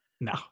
no